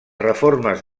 reformes